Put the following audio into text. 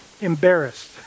embarrassed